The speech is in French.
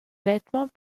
vêtement